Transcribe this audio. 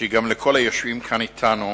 גם לכל היושבים כאן אתנו,